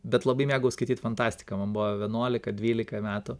bet labai mėgau skaityt fantastiką man buvo vienuolika dvylika metų